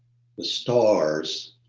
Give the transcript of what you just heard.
the stars.